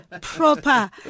Proper